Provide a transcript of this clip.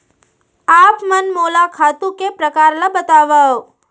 आप मन मोला खातू के प्रकार ल बतावव?